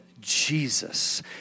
Jesus